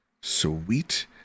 Sweet